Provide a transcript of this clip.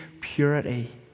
purity